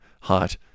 hot